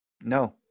No